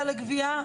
לפני שבוע.